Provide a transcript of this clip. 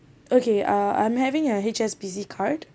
okay uh I'm having a H_S_B_C card